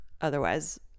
Otherwise